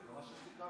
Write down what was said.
זה מה שסיכמנו,